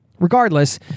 Regardless